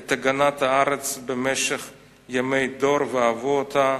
את הגנת הארץ במשך ימי דור ואהבו אותה